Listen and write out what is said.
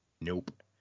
Nope